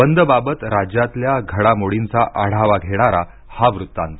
बंद बाबत राज्यातल्या घडामोडींचा आढावा घेणारा हा वृत्तांत